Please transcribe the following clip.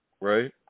Right